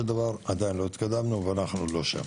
דבר עדיין לא התקדמנו ואנחנו לא שם.